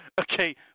Okay